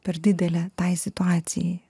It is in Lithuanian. per didelė tai situacijai